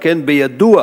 שכן בידוע